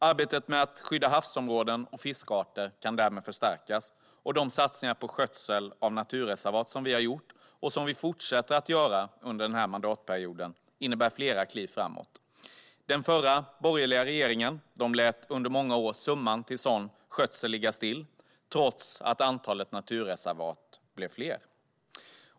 Arbetet med att skydda havsområden och fiskarter kan därmed förstärkas. De satsningar på skötsel av naturreservat som vi har gjort, och som vi fortsätter att göra under den här mandatperioden, innebär flera kliv framåt. Den förra, borgerliga, regeringen lät under många år summan till sådan skötsel ligga still, trots att antalet naturreservat blev fler.